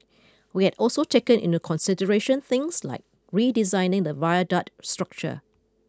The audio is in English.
we had also taken into consideration things like redesigning the viaduct structure